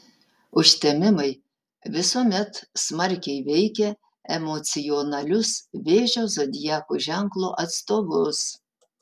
užtemimai visuomet smarkiai veikia emocionalius vėžio zodiako ženklo atstovus